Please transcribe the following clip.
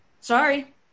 Sorry